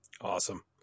Awesome